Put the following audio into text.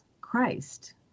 Christ